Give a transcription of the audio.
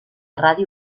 ràdio